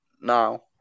now